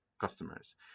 customers